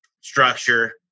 structure